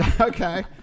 Okay